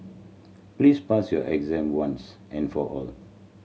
please pass your exam once and for all